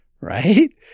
Right